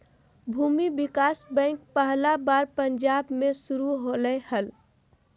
भूमि विकास बैंक पहला बार पंजाब मे शुरू होलय हल